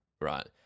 right